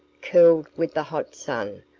curled with the hot sun,